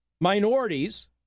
minorities